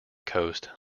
coast